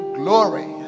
glory